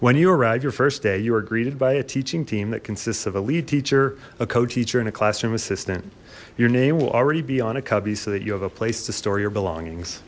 when you arrive your first day you are greeted by a teaching team that consists of a lead teacher a co teacher and a classroom assistant your name will already be on a cubby so that you have a place to store your belongings